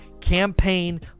campaign